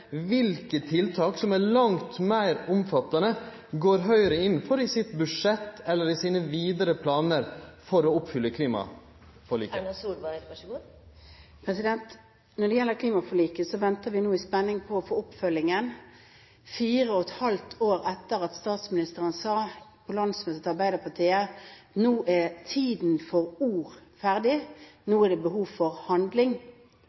Kva tiltak som er langt meir omfattande, går Høgre inn for i sitt budsjett eller i sine vidare planar for å oppfylle klimaforliket? Når det gjelder klimaforliket, venter vi nå i spenning på å få oppfølgingen. Fire og et halvt år etter at statsministeren sa på landsmøtet til Arbeiderpartiet at nå er tiden for ord over, nå er det behov for handling,